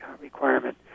requirement